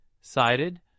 cited